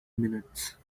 minutes